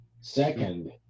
Second